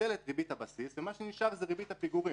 מתבטלת ריבית הבסיס ומה שנשאר זה ריבית הפיגורים.